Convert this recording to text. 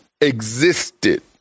existed